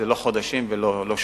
זה לא חודשים ולא שנים.